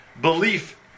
belief